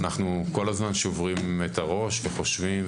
אנחנו כל הזמן שוברים את הראש וחושבים,